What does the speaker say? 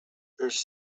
urged